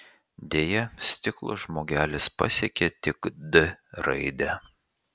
deja stiklo žmogelis pasiekė tik d raidę